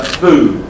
food